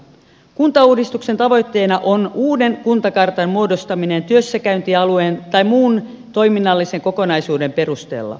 kuntauudistuksen tavoitteena on uuden kuntakartan muodostaminen työssäkäyntialueen tai muun toiminnallisen kokonaisuuden perusteella